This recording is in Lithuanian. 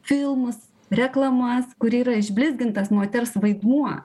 filmus reklamas kur yra išblizgintas moters vaidmuo